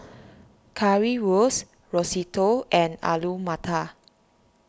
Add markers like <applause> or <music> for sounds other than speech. <noise> Currywurst Risotto and Alu Matar